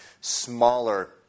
smaller